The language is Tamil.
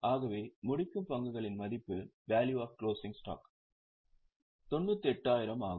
ஆகவே முடிக்கும் பங்குகளின் மதிப்பு 98000 ஆகும்